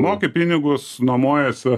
moki pinigus nuomojasi